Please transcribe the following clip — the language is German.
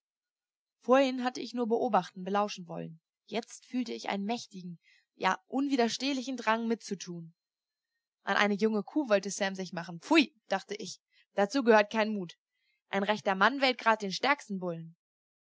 vorhin hatte ich nur beobachten belauschen wollen jetzt fühlte ich einen mächtigen ja unwiderstehlichen drang mitzutun an eine junge kuh wollte sam sich machen pfui dachte ich dazu gehört kein mut ein rechter mann wählt grad den stärksten bullen